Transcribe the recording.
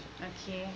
okay